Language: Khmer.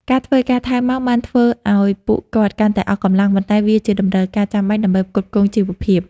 ការធ្វើការថែមម៉ោងបានធ្វើឱ្យពួកគាត់កាន់តែអស់កម្លាំង ប៉ុន្តែវាជាតម្រូវការចាំបាច់ដើម្បីផ្គត់ផ្គង់ជីវភាព។